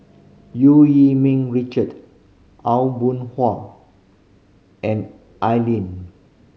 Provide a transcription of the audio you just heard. Eu Yee Ming Richard Aw Boon Haw and Al Lim